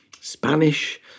Spanish